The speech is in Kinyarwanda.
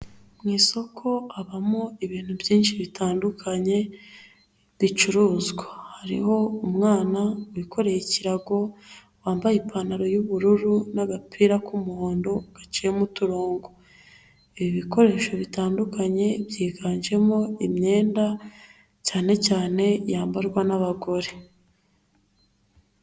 Mu isoko habamo ibintu byinshi bitandukanye bicuruzwa, hariho umwana wikoreye ikirago, wambaye ipantaro y'ubururu n'agapira k'umuhondo gaciyemo uturongo, ibikoresho bitandukanye byiganjemo imyenda cyane cyane yambarwa n'abagore.